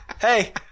hey